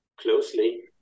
closely